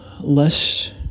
less